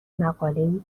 مقالهای